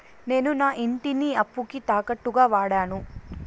నేను నా ఇంటిని అప్పుకి తాకట్టుగా వాడాను